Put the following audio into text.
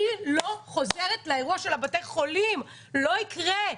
אני לא חוזרת לאירוע של בתי החולים, לא יקרה.